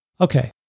Okay